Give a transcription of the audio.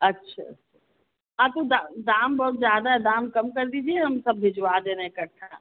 अच्छा आपका दाम बहुत ज़्यादा है दाम कम कर दीजिए हम सब भिजवा दे रहे हैं इकट्ठा